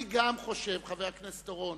אני גם חושב, חבר הכנסת אורון,